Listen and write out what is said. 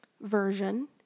version